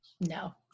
No